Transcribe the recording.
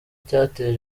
cyateye